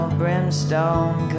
brimstone